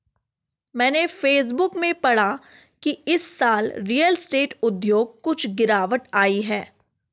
मैंने फेसबुक में पढ़ा की इस साल रियल स्टेट उद्योग कुछ गिरावट आई है